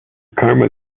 karma